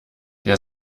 der